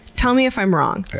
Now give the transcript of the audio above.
tell me if i'm wrong.